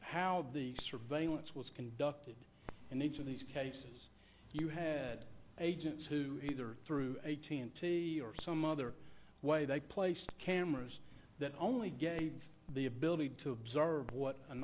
how the surveillance was conducted in each of these cases you head agents who either through eighteen to or some other way they placed cameras that only gave the ability to observe what an